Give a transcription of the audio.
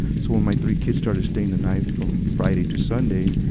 so when my three kids started staying the night from friday to sunday,